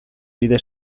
bide